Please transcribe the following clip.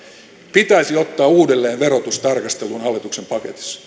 pitäisi ottaa uudelleen verotus tarkasteluun hallituksen paketissa